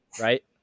right